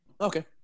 Okay